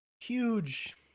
Huge